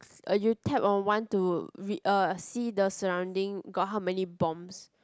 a tap on one to uh see the surrounding got how many bombs